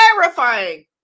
Terrifying